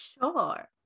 sure